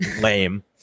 lame